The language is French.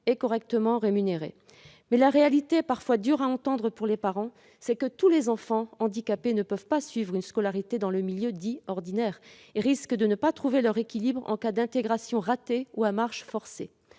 correctement. Mais la réalité, parfois dure à entendre pour les parents, est que tous les enfants handicapés ne peuvent pas suivre une scolarité dans le milieu « ordinaire ». Certains risquent de ne pas trouver leur équilibre en cas d'intégration ratée ou à marche forcée.